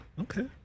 Okay